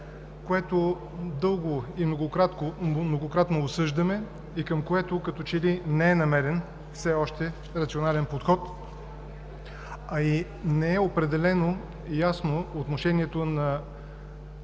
което дълго и многократно осъждаме и към което като че ли не е намерен все още рационален подход, а и не е определено ясно отношението на